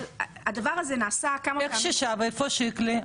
איפה שיקלי?